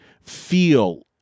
feel